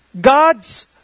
God's